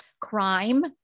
crime